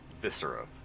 viscera